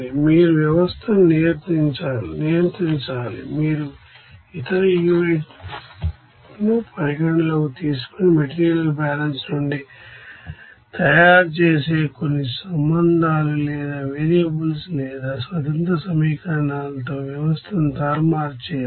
మీరు వ్యవస్థను నియంత్రించాలి మీరు ఇతర యూనిట్ ను పరిగణనలోకి తీసుకొని మెటీరియల్ బ్యాలెన్స్ నుండి తయారు చేసే కొన్ని సంబంధాలు లేదా వేరియబుల్స్ లేదా స్వతంత్ర సమీకరణాలతో వ్యవస్థను తారుమారు చేయాలి